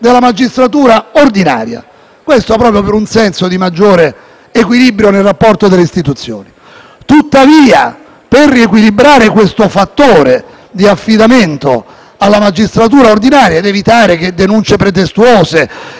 Tuttavia, per riequilibrare questo affidamento alla magistratura ordinaria ed evitare che denunce pretestuose o iniziative non fondate ostacolassero l'azione di un Governo, si è introdotto un filtro